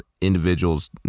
individuals